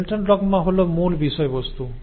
central dogma হল মূল বিষয়বস্তু